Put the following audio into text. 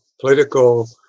political